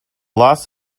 loss